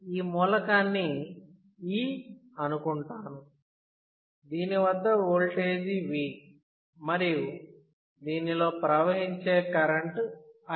ఈ మూలకాన్ని E అనుకుంటాను దీని వద్ద ఓల్టేజీ V మరియు దీనిలో ప్రవహించే కరెంటు I